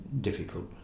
difficult